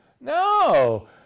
No